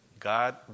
God